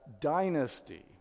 dynasty